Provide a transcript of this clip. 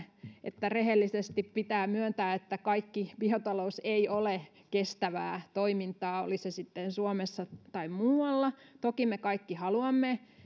että rehellisesti pitää myöntää että kaikki biotalous ei ole kestävää toimintaa oli se sitten suomessa tai muualla toki me kaikki haluamme